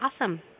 Awesome